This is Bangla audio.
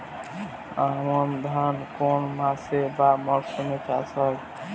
আমন ধান কোন মাসে বা মরশুমে চাষ হয়?